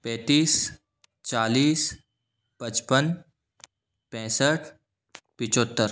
पैंतीस चालीस पचपन पैंसठ पचहत्तर